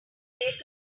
have